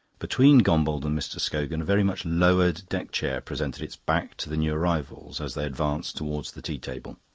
between gombauld and mr. scogan a very much lowered deck-chair presented its back to the new arrivals as they advanced towards the tea-table.